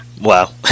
Wow